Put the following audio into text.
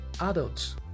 Adults